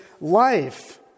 life